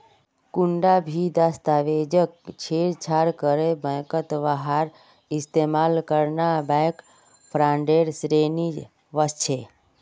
कुंटा भी दस्तावेजक छेड़छाड़ करे बैंकत वहार इस्तेमाल करना बैंक फ्रॉडेर श्रेणीत वस्छे